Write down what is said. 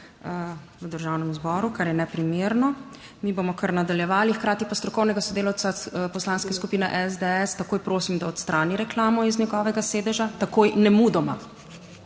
v Državnem zboru, kar je neprimerno. Mi bomo kar nadaljevali. Hkrati pa strokovnega sodelavca Poslanske skupine SDS prosim, da takoj odstrani reklamo z njegovega sedeža. Takoj, nemudoma!